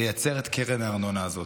לייצר את קרן הארנונה הזאת.